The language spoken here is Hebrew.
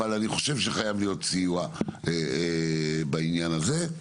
אבל אני חושב שחייב להיות סיוע בעניין הזה.